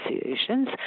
associations